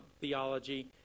theology